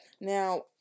now